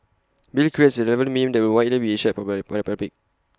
bill creates A relevant meme that will be widely shared by the public